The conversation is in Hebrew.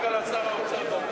אי-אפשר, חבר'ה.